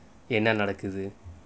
என்ன நடக்குது:enna nadakkuthu